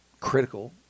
critical